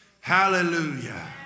Hallelujah